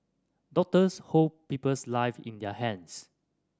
doctors hold people's live in their hands